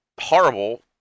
horrible